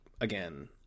again